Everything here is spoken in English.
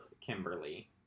Kimberly